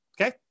Okay